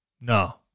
No